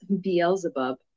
beelzebub